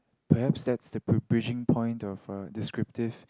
perhaps that is the preaching point to a descriptive